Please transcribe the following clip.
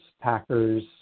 Packers